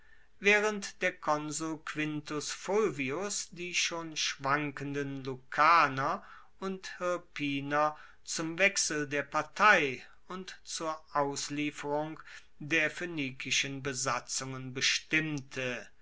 waehrend der konsul quintus fulvius die schon schwankenden lucaner und hirpiner zum wechsel der partei und zur auslieferung der phoenikischen besatzungen bestimmte